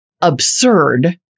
absurd